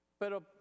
pero